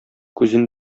күзен